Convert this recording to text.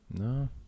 No